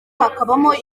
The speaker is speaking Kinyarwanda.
hakabamo